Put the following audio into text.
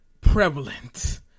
prevalent